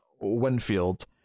winfield